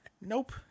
nope